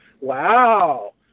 wow